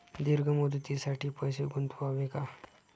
दीर्घ मुदतीसाठी पैसे गुंतवावे का?